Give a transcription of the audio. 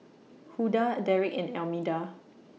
Hulda Derrick and Almeda